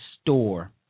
store